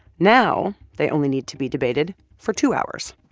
now they only need to be debated for two hours.